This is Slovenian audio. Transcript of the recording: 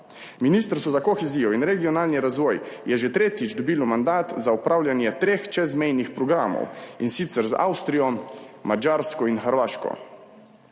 Ministrstvo za kohezijo in regionalni razvoj je že tretjič dobilo mandat za opravljanje treh čezmejnih programov, in sicer z Avstrijo, Madžarsko in Hrvaško.